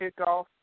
kickoff